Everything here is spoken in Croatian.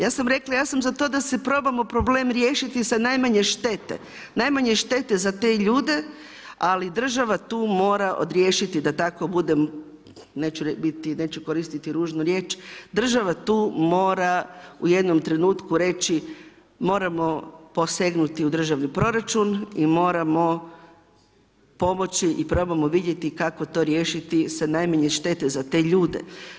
Ja sam rekla ja sam za to da probamo problem riješiti sa najmanje štete, najmanje štete za te ljude, ali država tu mora odriješiti, da tako budem neću koristiti ružnu riječ, država tu mora u jednom trenutku reći moramo posegnuti u državni proračun i moramo pomoći i probamo vidjeti kako to riješiti sa najmanje štete za te ljude.